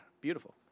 beautiful